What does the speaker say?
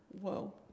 Whoa